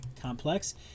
Complex